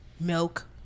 Milk